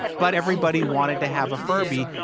but everybody wanted to have a furby.